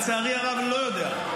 לצערי הרב, הוא לא יודע.